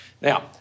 Now